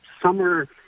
summer